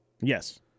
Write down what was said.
Yes